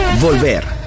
Volver